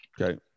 Okay